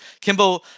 Kimbo